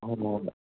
ꯑꯧ ꯃꯉꯣꯟꯗ